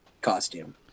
costume